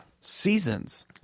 seasons